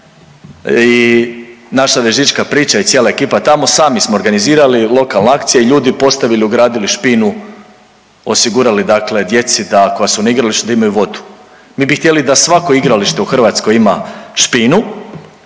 i naša vežička priča i cijela ekipa tamo, sami smo organizirali, lokalna akcija i ljudi postavili, ugradili špinu, osigurali dakle djeci da, koja su na igralištu, da imaju vodu. Mi bi htjeli da svako igralište u Hrvatskoj ima špinu